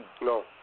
No